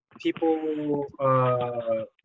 People